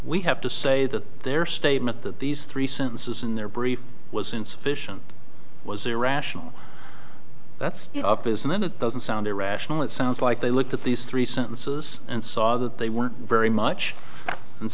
we have to say that their statement that these three sentences in their brief was insufficient was irrational that's you know off isn't it doesn't sound irrational it sounds like they looked at these three sentences and saw that they were very much and